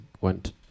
went